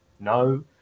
no